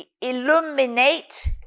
illuminate